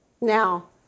Now